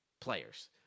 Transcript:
players